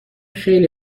خیلی